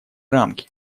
рамки